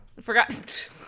forgot